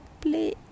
play